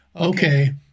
okay